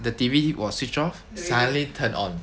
the T_V was switch off suddenly turned on